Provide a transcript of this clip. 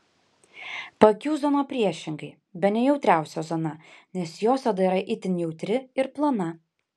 paakių zona priešingai bene jautriausia zona nes jos oda yra itin jautri ir plona